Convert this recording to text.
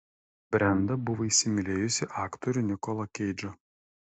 brenda buvo įsimylėjusi aktorių nikolą keidžą